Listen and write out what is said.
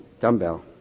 dumbbell